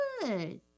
good